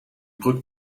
broek